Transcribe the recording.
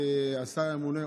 השר הממונה,